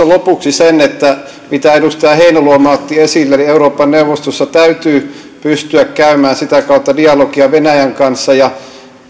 lopuksi sen mitä edustaja heinäluoma otti esille eli euroopan neuvostossa täytyy pystyä käymään sitä kautta dialogia venäjän kanssa ja